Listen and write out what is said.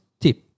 tip